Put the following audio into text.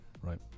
Right